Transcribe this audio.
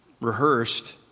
rehearsed